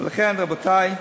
לכן, רבותי,